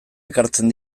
elkartzen